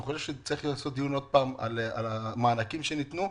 אני חושב שצריך לקיים דיון על המענקים שניתנו.